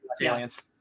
Aliens